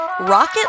Rocket